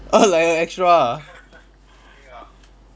oh like a extra ah